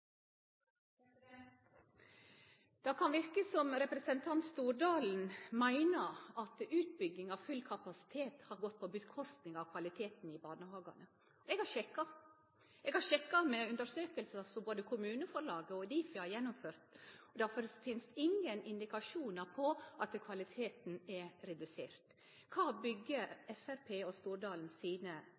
Stordalen meiner at utbygging av full kapasitet har gått ut over kvaliteten i barnehagane. Eg har sjekka. Eg har sjekka opp mot undersøkingar som både Kommuneforlaget og Difi har gjennomført, og det finst ingen indikasjonar på at kvaliteten er redusert. Kva byggjer Framstegspartiet og Stordalen meiningane sine